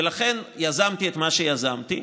ולכן יזמתי את מה שיזמתי.